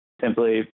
simply